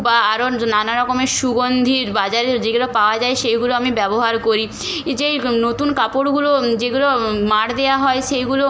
বা আরও য্ নানা রকমের সুগন্ধীর বাজারে যেগুলো পাওয়া যায় সেগুলো আমি ব্যবহার করি ই যেই নতুন কাপড়গুলো যেগুলো মাড় দেওয়া হয় সেইগুলো